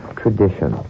tradition